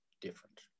different